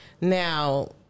Now